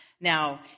Now